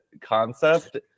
concept